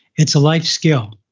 it's a life skill.